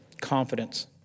Confidence